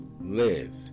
Live